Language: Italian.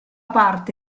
parte